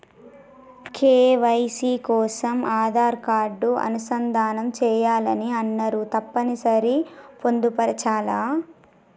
KYC కోసం Aadhaar card అనుసంధానం చేయాలని అన్నరు తప్పని సరి పొందుపరచాలా?